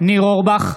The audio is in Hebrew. ניר אורבך,